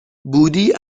بودی